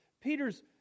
Peter's